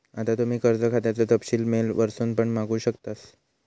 आता तुम्ही कर्ज खात्याचो तपशील मेल वरसून पण मागवू शकतास